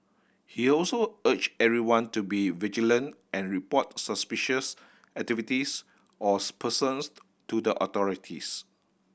he also urged everyone to be vigilant and report suspicious activities or persons to the authorities